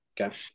Okay